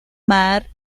mar